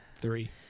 Three